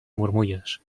murmullos